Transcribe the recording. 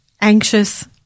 anxious